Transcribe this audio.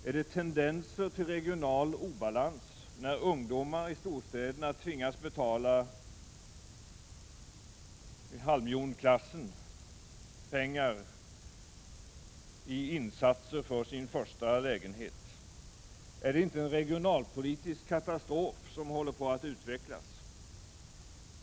Är det tendenser till regional obalans när ungdomar i storstäderna tvingas betala en halv miljon i insats för sin första lägenhet? Är det inte en regionalpolitisk katastrof som håller på att utvecklas?